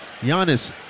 Giannis